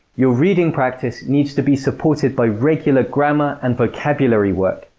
your reading practice needs to be supported by regular grammar and vocabulary work.